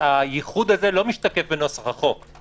הייחוד הזה לא משתקף בנוסח החוק.